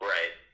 Right